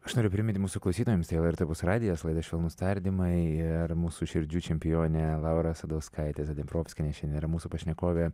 aš noriu priminti mūsų klausytojams tai lrt opus radijas laida švelnūs tardymai ir mūsų širdžių čempionė laura asadauskaitė zadneprovskienė šiandien yra mūsų pašnekovė